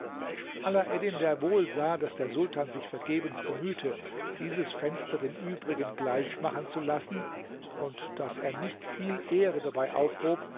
alaeddin der wohl sah daß der sultan sich vergebens bemühte dieses fenster den übrigen gleich machen zu lassen und daß er nicht viel ehre dabei aufhob